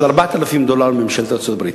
של 4,000 דולר מממשלת ארצות-הברית.